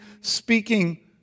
speaking